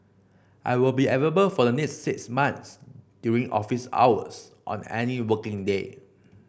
I will be available for the next six months during office hours on any working day